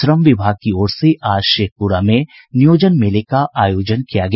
श्रम विभाग की ओर से आज शेखपुरा में नियोजन मेले का आयोजन किया गया